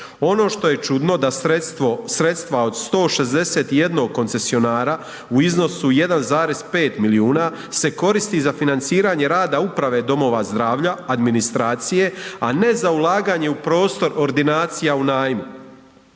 Ono što je čudno, da sredstva od 161 koncesionara u iznosu 1,5 milijuna se koristi za financiranje rada uprave domova zdravalja, administracije, a ne za ulaganje u prostor ordinacija u najmu.